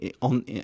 on